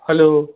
hello